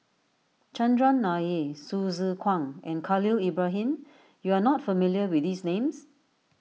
Chandran Nair Hsu Tse Kwang and Khalil Ibrahim you are not familiar with these names